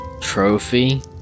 Trophy